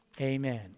amen